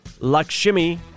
Lakshmi